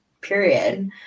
period